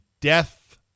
death